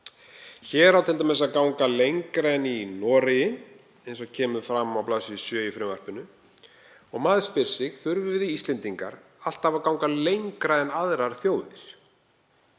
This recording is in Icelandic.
Hér á t.d. að ganga lengra en í Noregi, eins og kemur fram á bls. 7 í frumvarpinu. Maður spyr sig: Þurfum við Íslendingar alltaf að ganga lengra en aðrar þjóðir?